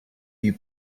you